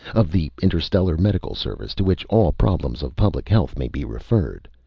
of the interstellar medical service, to which all problems of public health may be referred!